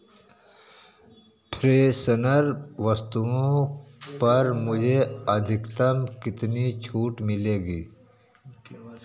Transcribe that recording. freshener वस्तुओं पर मुझे अधिकतम कितनी छूट मिलेगी